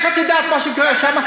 אז איך את יודעת מה קורה שם?